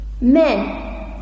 Men